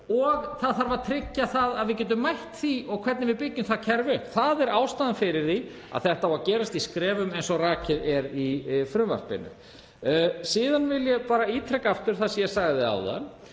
og það þarf að tryggja að við getum mætt því og hvernig við byggjum kerfið upp. Það er ástæðan fyrir því að þetta á að gerast í skrefum eins og rakið er í frumvarpinu. Síðan vil ég bara ítreka aftur það sem ég sagði áðan að